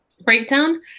breakdown